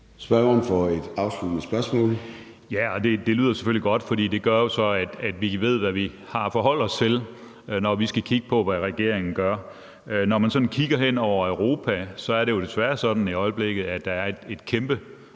Spørgeren for et afsluttende spørgsmål. Kl. 13:59 Peter Skaarup (DD): Det lyder selvfølgelig godt, for det gør jo, at vi ved, hvad vi har at forholde os til, når vi skal kigge på, hvad regeringen gør. Når man sådan kigger hen over Europa, er det jo desværre sådan i øjeblikket, at der er et kæmpe